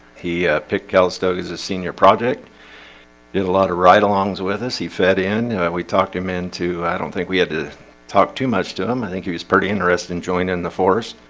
he picked calistoga as a senior project did a lot of ride-alongs with us he fed in you know and we talked him into i don't think we had to talk too much to him. i think he was pretty interested in joining the forest